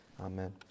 amen